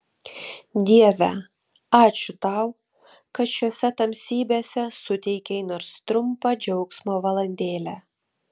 dieve ačiū tau kad šiose tamsybėse suteikei nors trumpą džiaugsmo valandėlę